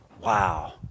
Wow